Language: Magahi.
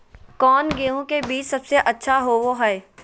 कौन गेंहू के बीज सबेसे अच्छा होबो हाय?